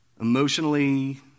Emotionally